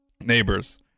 Neighbors